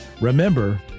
remember